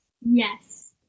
Yes